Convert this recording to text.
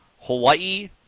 Hawaii